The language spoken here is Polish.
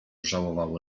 żałował